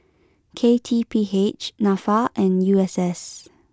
K T P H Nafa and U S S